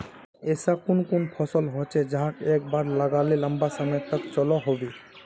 ऐसा कुन कुन फसल होचे जहाक एक बार लगाले लंबा समय तक चलो होबे?